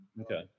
okay